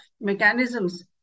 mechanisms